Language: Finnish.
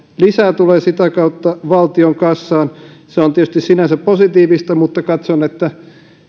lisää tulee sitä kautta valtion kassaan se on tietysti sinänsä positiivista mutta katson että